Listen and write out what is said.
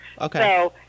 okay